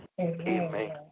Amen